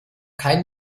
kein